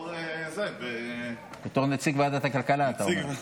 בתור נציג ועדת הכלכלה, אתה אומר.